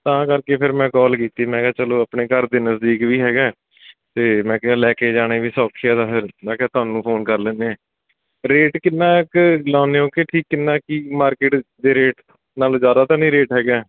ਤਾਂ ਕਰਕੇ ਫਿਰ ਮੈਂ ਕਾਲ ਕੀਤੀ ਮੈਂ ਕਿਹਾ ਚਲੋ ਆਪਣੇ ਘਰ ਦੇ ਨਜ਼ਦੀਕ ਵੀ ਹੈਗਾ ਅਤੇ ਮੈਂ ਕਿਹਾ ਲੈ ਕੇ ਜਾਣੇ ਵੀ ਸੌਖੇ ਆ ਤਾਂ ਫਿਰ ਮੈਂ ਕਿਹਾ ਤੁਹਾਨੂੰ ਫੋਨ ਕਰ ਲੈਂਦੇ ਹਾਂ ਰੇਟ ਕਿੰਨਾ ਕੁ ਲਗਾਉਂਦੇ ਹੋ ਕਿ ਕਿੰਨਾ ਕਿ ਮਾਰਕੀਟ ਦੇ ਰੇਟ ਨਾਲੋਂ ਜ਼ਿਆਦਾ ਤਾਂ ਨਹੀਂ ਰੇਟ ਹੈਗੇ